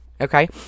Okay